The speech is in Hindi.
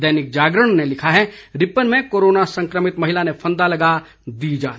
दैनिक जागरण ने लिखा है रिपन में कोरोना संक्रमित महिला ने फंदा लगा दी जान